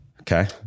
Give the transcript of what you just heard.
Okay